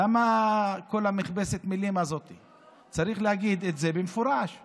חברי הכנסת, העיר שפרעם מונה 40,000 תושבים.